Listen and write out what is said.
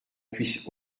puisse